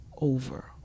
over